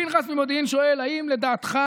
פנחס ממודיעין שואל: האם לדעתך